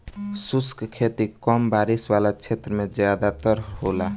शुष्क खेती कम बारिश वाला क्षेत्र में ज़्यादातर होला